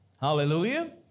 Hallelujah